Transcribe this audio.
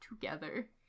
together